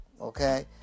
Okay